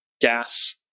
gas